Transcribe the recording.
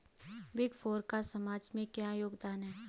Big four का समाज में क्या योगदान है?